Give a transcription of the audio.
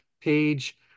page